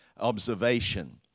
observation